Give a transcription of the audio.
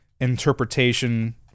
interpretation